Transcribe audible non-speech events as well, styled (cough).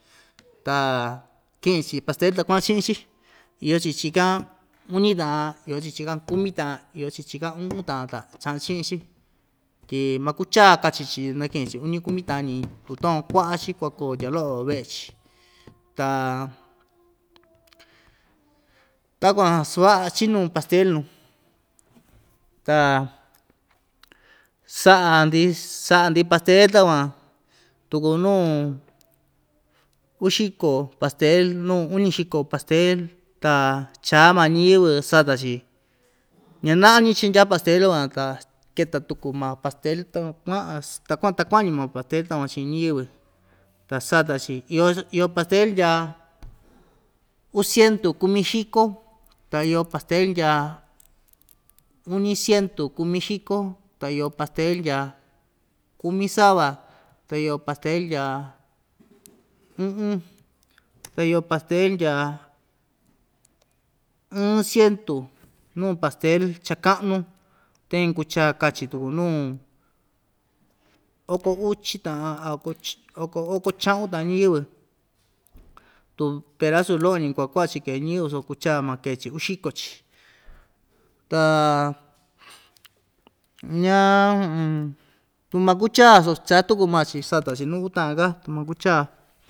Ta kɨꞌɨ‑chi pastel ta kuaꞌan chiꞌin‑chi iyo‑chi chikan uñi taꞌan iyo‑chi chikan kumi taꞌan iyo‑chi chikan uꞌun taꞌan ta chaꞌan chiꞌin‑chi tyi makuchaa kachi‑chi nakiꞌin‑chi uñi kumi taꞌan‑ñi tu takuan kuaꞌa‑chi kuakoo tya loꞌo veꞌe‑chi ta takuan suvaꞌa chinu pastel nuu ta saꞌa‑ndi saꞌa‑ndi pastel takuan tuku nuu uxiko pastel nuu uñixiko pastel ta chaa maa ñiyɨvɨ sata‑chi ñanaꞌa‑ñi chindya pastel van ta keta tuku maa pastel takuan kuaꞌan ssh ta kuaꞌan ta kuaꞌan‑ñi maa pastel takuan chiꞌin ñiyɨvɨ ta sata‑chi iyo pastel ndya uu cientu kumixiko ta iyo pastel ndya uñi cientu kumixiko ta iyo pastel ndya kumi sava ta iyo pastel ndya uꞌun ta iyo pastel ndya ɨɨn cientu nuu pastel cha kaꞌnu teen kuchaa kachi tuku nuu oko uchi taꞌan a oko ch oko oko chaꞌun taꞌan ñiyɨvɨ tu perasu loꞌo‑ñi kuakuaꞌa‑chi kee ñiyɨvɨ soko kuchaa maa kee‑chi uu xiko‑chi ta ñaa (hesitation) tu makuchaa sos chaa tuku maa‑chi sata‑chi nuu uu taꞌan‑ka tu makuchaa.